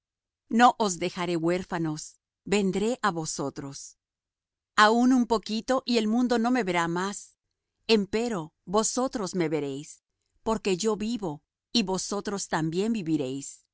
vosotros aun un poquito y el mundo no me verá más empero vosotros me veréis porque yo vivo y vosotros también viviréis